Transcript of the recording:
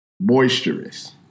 boisterous